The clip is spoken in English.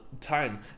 time